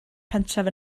pentref